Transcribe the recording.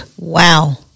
Wow